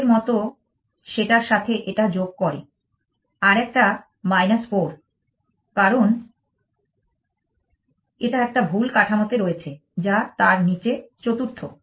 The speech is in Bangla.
আগের মত সেটার সাথে এটা যোগ করে আরেকটা 4 কারণ এটা একটা ভুল কাঠামোতে রয়েছে যা তার নীচে চতুর্থ